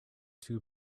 two